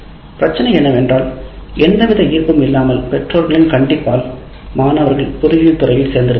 பிரச்சனை என்னவென்றால் எந்தவித ஈர்ப்பும் இல்லாமல் பெற்றோர்களின் கண்டிப்பால் மாணவர்கள் பொறியியல் துறையூர் சேர்ந்திருப்பார்கள்